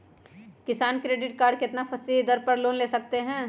किसान credit card कितना फीसदी दर पर लोन ले सकते हैं?